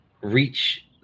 reach